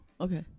Okay